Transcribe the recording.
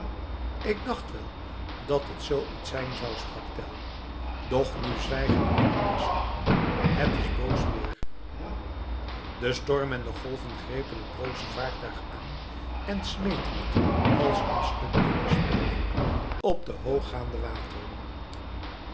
ik dacht wel dat het zoo iets zijn zou sprak tell doch nu zwijgen en oppassen het is boos weer de storm en de golven grepen het broze vaartuig aan en smeten het als een stuk kinderspeelgoed op de